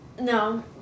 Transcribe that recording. No